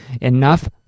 enough